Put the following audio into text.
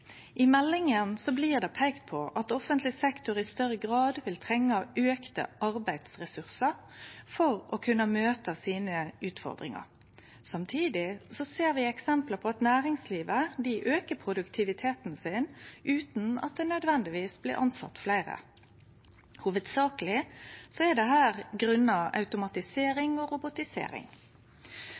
offentleg sektor i større grad vil trenge auka arbeidsressursar for å kunne møte utfordringane sine. Samtidig ser vi eksempel på at næringslivet aukar produktiviteten sin utan at det nødvendigvis blir tilsett fleire. Hovudsakleg er dette på grunn av automatisering og robotisering.